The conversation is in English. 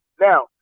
Now